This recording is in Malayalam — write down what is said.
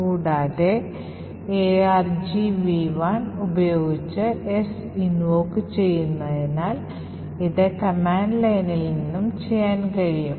കൂടാതെ argv1 ഉപയോഗിച്ച് S ഇൻവോക്ക് ചെയ്യുന്നതിനാൽ ഇത് കമാൻഡ് ലൈനിൽ നിന്നും ചെയ്യാൻ കഴിയും